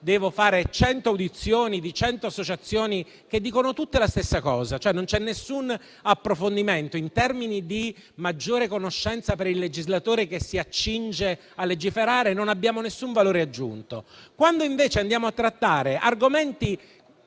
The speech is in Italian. devo fare cento audizioni di cento associazioni che dicono tutte la stessa cosa, cioè non c'è alcun approfondimento in termini di maggiore conoscenza per il legislatore che si accinge a legiferare, non abbiamo alcun valore aggiunto; quando, invece, andiamo a trattare argomenti